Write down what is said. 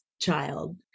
child